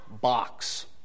box